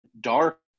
dark